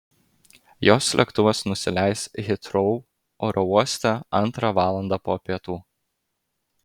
jos lėktuvas nusileis hitrou oro uoste antrą valandą po pietų